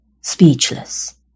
Speechless